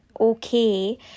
okay